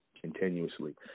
continuously